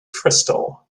crystal